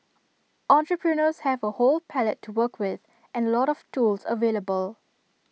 entrepreneurs have A whole palette to work with and A lot of tools available